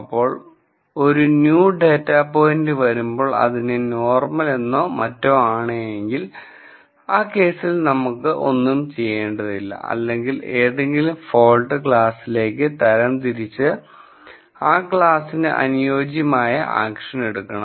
അപ്പോൾ ഒരു new data point വരുമ്പോൾ അതിനെ നോർമൽ എന്നോ മറ്റോ ആണെങ്കിൽ ആ കേസിൽ നമുക്ക് ഒന്നും ചെയ്യേണ്ടതില്ല അല്ലെങ്കിൽ ഏതെങ്കിലും ഫോൾട് ക്ലാസ്സിലോട്ട് തരം തിരിച്ചു ആ ക്ലാസിനു അനുയോജ്യമായ ആക്ഷൻ എടുക്കണം